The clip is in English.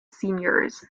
seniors